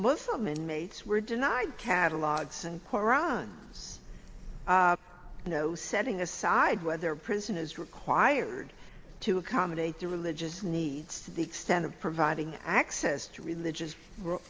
muslim inmates were denied catalogs and koran was no setting aside whether prison is required to accommodate their religious needs to the extent of providing access to religious